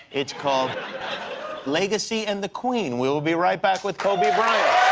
it's called legacy and the queen. we'll be right back with kobe bryant.